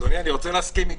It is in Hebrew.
אדוני, אני רוצה להסכים איתו.